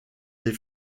des